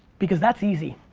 because that's easy,